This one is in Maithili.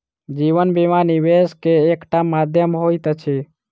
जीवन बीमा, निवेश के एकटा माध्यम होइत अछि